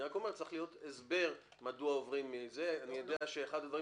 אני רק אומר שצריך להיות הסבר מדוע עוברים מזה --- אני יודע שאחד הדברים